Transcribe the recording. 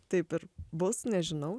taip ir bus nežinau